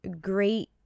great